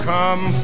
Come